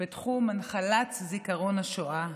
בתחום הנחלת זיכרון השואה,